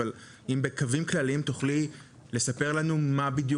אבל אם בקווים כלליים תוכלי לספר לנו מה בדיוק